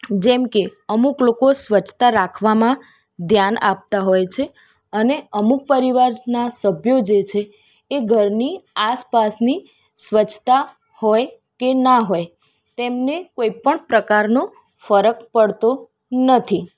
જેમ કે અમુક લોકો સ્વચ્છતા રાખવામાં ધ્યાન આપતાં હોય છે અને અમુક પરિવારના સભ્યો જે છે એ ઘરની આસપાસની સ્વચ્છતા હોય કે ના હોય તેમને કોઈપણ પ્રકારનો ફરક પડતો નથી